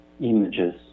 images